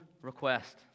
request